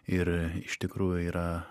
ir iš tikrųjų yra